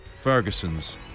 Ferguson's